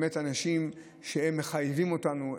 באמת הם אנשים שמחייבים אותנו,